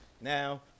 Now